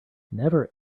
never